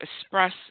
express